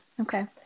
Okay